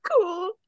cool